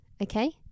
okay